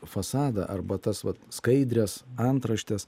fasadą arba tas vat skaidres antraštes